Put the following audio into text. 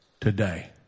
today